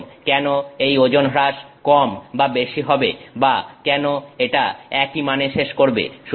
এখন কেন এই ওজন হ্রাস কম বা বেশি হবে বা কেন এটা একই মানে শেষ করবে